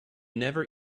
never